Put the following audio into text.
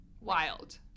wild